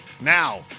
Now